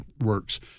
works